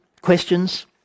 questions